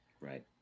Right